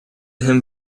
him